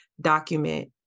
document